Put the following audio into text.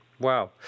Wow